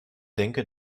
denke